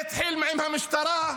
זה התחיל עם המשטרה,